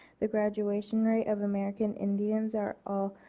the graduation rate of american indians are all,